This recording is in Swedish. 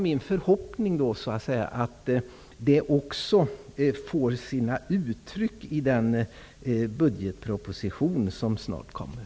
Min förhoppning är bara att han också ger uttryck för det i den budgetproposition som snart kommer.